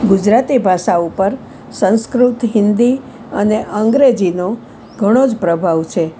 ગુજરાતી ભાષા ઉપર સંસ્કૃત હિન્દી અને અંગ્રેજીનો ઘણો જ પ્રભાવ છે